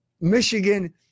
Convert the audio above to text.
Michigan